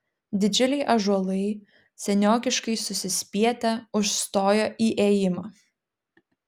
didžiuliai ąžuolai seniokiškai susispietę užstojo įėjimą